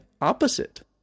opposite